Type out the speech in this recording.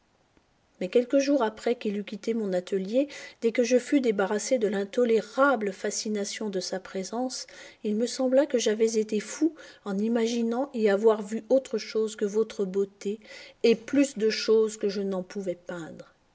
mais quelques jours après qu'il eut quitté mon atelier dès que je fus débarrassé de l'intolérable fascination de sa présence il me sembla que j'avais été fou en imaginant y avoir vu autre chose que votre beauté et plus de choses que je n'en pouvais peindre